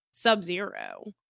sub-zero